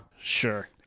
Sure